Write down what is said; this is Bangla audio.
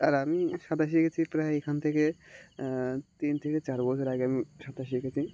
আর আমি সাঁতার শিখেছি প্রায় এখান থেকে তিন থেকে চার বছর আগে আমি সাঁতার শিখেছি